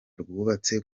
rwubatse